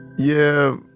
yeah,